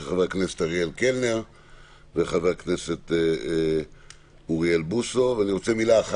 של חברי הכנסת אוריאל בוסו ואריאל קלנר.